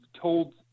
told